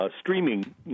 streaming